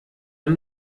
ein